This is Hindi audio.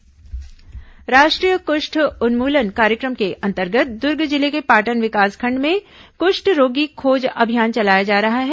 कुष्ठ उन्मूलन कार्यक्रम राष्ट्रीय कृष्ठ उन्मुलन कार्यक्रम के अंतर्गत दुर्ग जिले के पाटन विकासखंड में कृष्ठ रोगी खोज अभियान चलाया जा रहा है